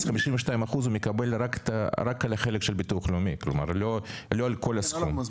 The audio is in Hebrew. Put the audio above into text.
אז הוא מקבל 52% רק על החלק של הביטוח הלאומי; לא על כל הסכום.